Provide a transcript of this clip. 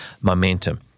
momentum